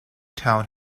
town